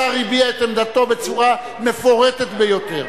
השר הביע את עמדתו בצורה מפורטת ביותר.